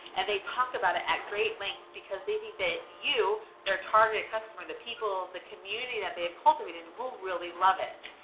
and they talk about it at great length, because they think that you, their target customer, the people, the community that they've cultivated in, will really love it.